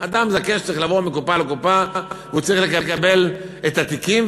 אדם זקן שצריך לעבור מקופה לקופה צריך לקבל את התיקים,